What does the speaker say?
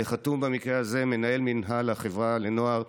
על החתום, במקרה הזה, מנהל מינהל החברה לנוער.